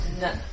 No